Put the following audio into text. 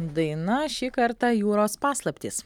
daina šį kartą jūros paslaptys